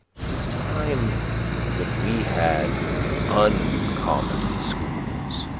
it is time that we had uncommon schools,